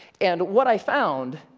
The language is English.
and what i found,